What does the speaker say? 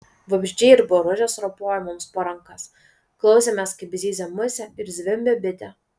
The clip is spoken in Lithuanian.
vabzdžiai ir boružės ropojo mums po rankas klausėmės kaip zyzia musė ir zvimbia bitė